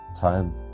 Time